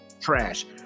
trash